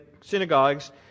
synagogues